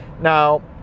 Now